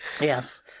Yes